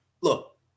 look